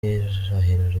irahira